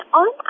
on